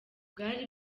bwari